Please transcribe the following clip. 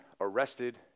arrested